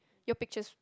your pictures